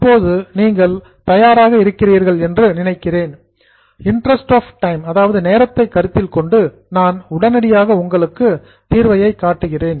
இப்போது நீங்கள் தயாராக இருக்கிறீர்கள் என்று நினைக்கிறேன் இன்ட்ரஸ்ட் ஆஃப் டைம் நேரத்தை கருத்தில் கொண்டு நான் உடனடியாக உங்களுக்கு சொல்யூஷன் தீர்வையை காட்டுகிறேன்